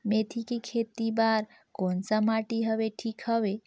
मेथी के खेती बार कोन सा माटी हवे ठीक हवे?